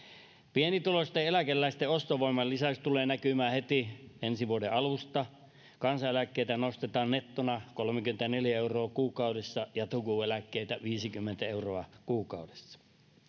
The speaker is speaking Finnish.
pienituloisten eläkeläisten ostovoiman lisäys tulee näkymään heti ensi vuoden alusta kansaneläkkeitä nostetaan nettona kolmekymmentäneljä euroa kuukaudessa ja takuueläkkeitä viisikymmentä euroa kuukaudessa